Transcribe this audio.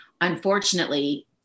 unfortunately